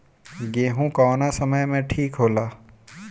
गेहू कौना समय मे ठिक होला?